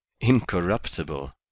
Incorruptible